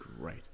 great